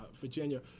Virginia